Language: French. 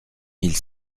mille